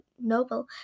noble